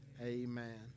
Amen